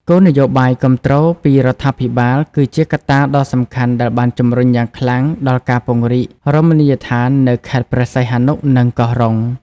គោលនយោបាយគាំទ្រពីរដ្ឋាភិបាល គឺជាកត្តាដ៏សំខាន់ដែលបានជំរុញយ៉ាងខ្លាំងដល់ការពង្រីករមណីយដ្ឋាននៅខេត្តព្រះសីហនុ និងកោះរ៉ុង។